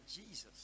Jesus